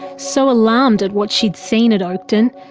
so alarmed at what she had seen at oakden,